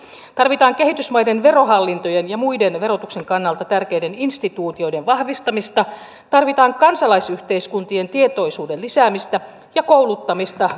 tarvitaan kehitysmaiden verohallintojen ja muiden verotuksen kannalta tärkeiden instituutioiden vahvistamista tarvitaan kansalaisyhteiskuntien tietoisuuden lisäämistä ja kouluttamista